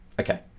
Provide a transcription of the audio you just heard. Okay